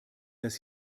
das